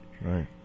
right